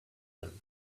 them